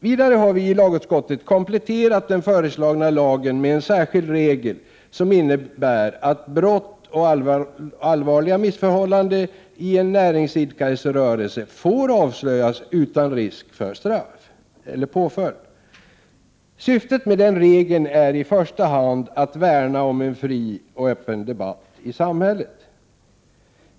Vidare har vi i lagutskottet kompletterat den föreslagna lagen med en särskild regel som innebär att brott och allvarliga missförhållanden i en näringsidkares rörelse får avslöjas utan risk för påföljd. Syftet med den regeln är i första hand att värna om en fri och öppen debatt i samhället.